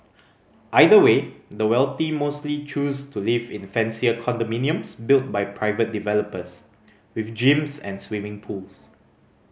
either way the wealthy mostly choose to live in fancier condominiums built by private developers with gyms and swimming pools